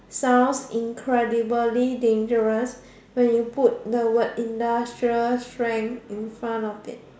sounds incredibly dangerous when you put the word industrial strength in front of it